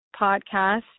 podcast